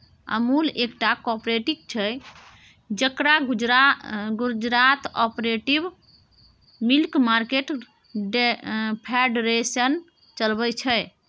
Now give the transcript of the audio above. अमुल एकटा कॉपरेटिव छै जकरा Gujarat cooperative milk market federation चलबै छै